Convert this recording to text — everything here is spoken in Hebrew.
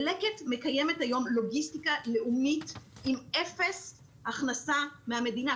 ולקט מקיימת היום לוגיסטיקה לאומית עם אפס הכנסה מהמדינה.